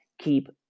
keep